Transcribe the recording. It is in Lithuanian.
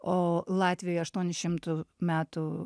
o latvija aštuonių šimtų metų